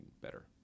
better